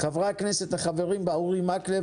חברי הכנסת החברים בה: אורי מקלב,